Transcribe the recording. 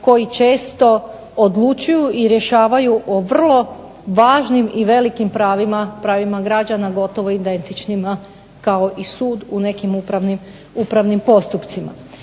koji često odlučuju i rješavaju o vrlo važnim i velikim pravima, pravima građana gotovo identičnima kao i sud u nekim upravnim postupcima.